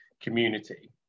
community